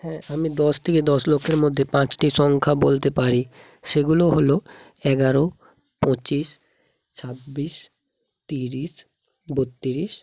হ্যাঁ আমি দশ থেকে দশ লক্ষের মধ্যে পাঁচটি সংখ্যা বলতে পারি সেগুলো হল এগারো পঁচিশ ছাব্বিশ তিরিশ বত্তিরিশ